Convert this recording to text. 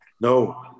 no